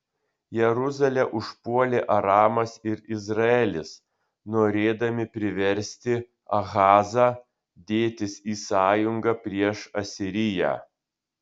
jeruzalę užpuolė aramas ir izraelis norėdami priversti ahazą dėtis į sąjungą prieš asiriją